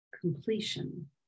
completion